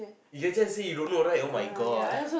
you every time say you don't know right oh-my-God